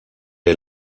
est